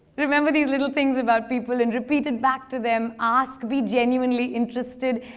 remember these little things about people and repeat it back to them, ask be genuinely interested,